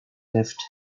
left